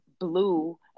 blue